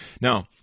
Now